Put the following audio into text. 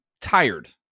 tired